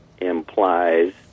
implies